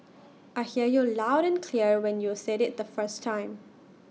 I heard you loud and clear when you said IT the first time